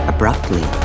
Abruptly